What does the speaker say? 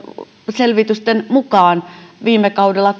selvitysten mukaan tuloerot kapenivat viime kaudella